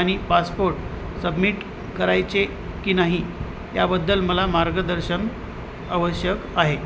आणि passport submit करायचे की नाही याबद्दल मला मार्गदर्शन आवश्यक आहे